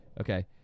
Okay